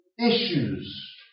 issues